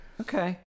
okay